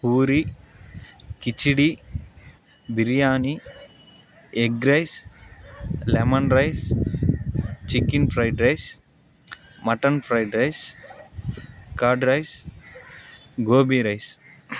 puri khichdi biryani egg rice lemon rice chicken fried rice mutton fried rice curd rice gobi rice